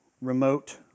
Remote